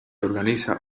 organiza